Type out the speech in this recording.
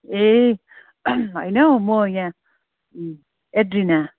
ए होइन हौ म यहाँ एडरिना